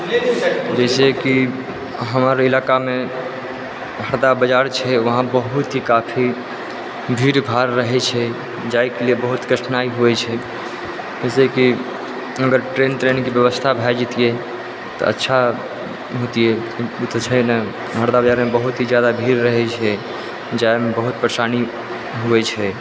जैसे कि हमर इलाकामे हरदहा बाजार छै वहाँ बहुत ही काफी भीड़ भाड़ रहै छै जाहिके लिए बहुत ही कठिनाइ होइ छै जाहिसे कि अगर ट्रेन त्रेनके व्यवस्था भए जेतियै तऽ अच्छा होतियै से तऽ छै नहि हरदहा बाजारमे बहुत जादा भीड़ रहै छै जाहिमे बहुत जादा परेशानी होइ छै